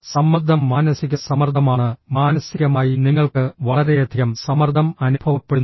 സമ്മർദ്ദം മാനസിക സമ്മർദ്ദമാണ് മാനസികമായി നിങ്ങൾക്ക് വളരെയധികം സമ്മർദ്ദം അനുഭവപ്പെടുന്നു